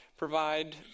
provide